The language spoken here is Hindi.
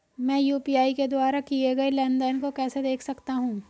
मैं यू.पी.आई के द्वारा किए गए लेनदेन को कैसे देख सकता हूं?